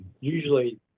usually